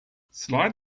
slide